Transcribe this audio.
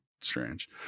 strange